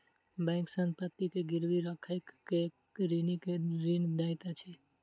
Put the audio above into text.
bank संपत्ति के गिरवी राइख के ऋणी के ऋण दैत अछि